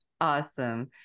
Awesome